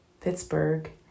Pittsburgh